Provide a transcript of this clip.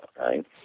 right